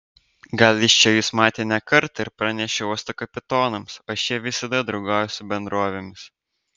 gal jis čia jus matė ne kartą ir pranešė uosto kapitonams o šie visada draugauja su bendrovėmis